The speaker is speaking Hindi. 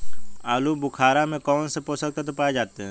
आलूबुखारा में कौन से पोषक तत्व पाए जाते हैं?